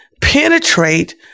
penetrate